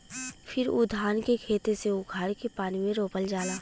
फिर उ धान के खेते से उखाड़ के पानी में रोपल जाला